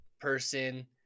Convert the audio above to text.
person